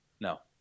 No